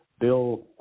Bill